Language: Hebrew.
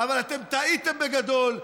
אבל אתם טעיתם בגדול,